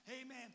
Amen